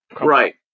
Right